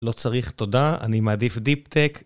לא צריך תודה, אני מעדיף דיפ-טק.